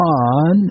on